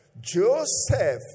Joseph